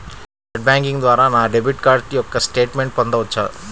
Net banking ద్వారా నా debit card యొక్క స్టేట్మెంట్ పొందవచ్చా?